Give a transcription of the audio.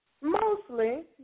Mostly